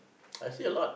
I see a lot